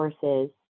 courses